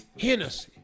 Hennessy